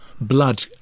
blood